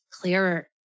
clearer